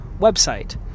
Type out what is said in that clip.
website